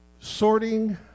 Sorting